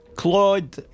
Claude